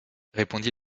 répondit